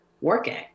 working